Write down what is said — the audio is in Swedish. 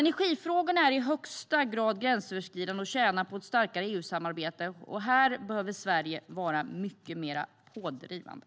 Energifrågorna är i högsta grad gränsöverskridande och tjänar på ett starkare EU-samarbete. Här bör Sverige vara mycket mer pådrivande.